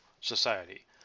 society